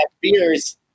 beers